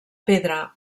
pedra